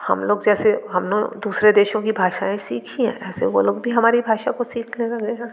हम लोग जैसे हम लोग दूसरे देशों की भाषाऍं सीखी हैं ऐसे वो लोग भी हमारी भाषा को सीखने लगे हैं